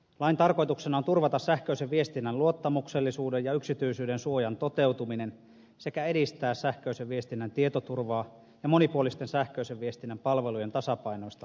lain tarkoituksena on turvata sähköisen viestinnän luottamuksellisuuden ja yksityisyyden suojan toteutuminen sekä edistää sähköisen viestinnän tietoturvaa ja monipuolisten sähköisen viestinnän palvelujen tasapainoista kehittymistä